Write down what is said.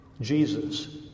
Jesus